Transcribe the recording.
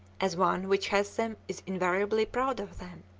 as one which has them is invariably proud of them.